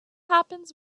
happens